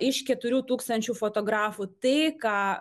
iš keturių tūkstančių fotografų tai ką